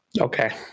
Okay